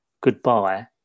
goodbye